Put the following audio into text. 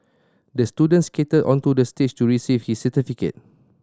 the student skated onto the stage to receive his certificate